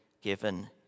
given